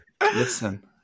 Listen